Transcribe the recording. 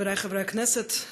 חברי חברי הכנסת,